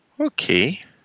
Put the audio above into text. Okay